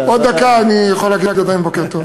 11:59. עוד דקה אני יכול עדיין להגיד בוקר טוב.